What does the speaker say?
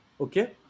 Okay